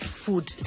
food